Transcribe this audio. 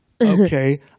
Okay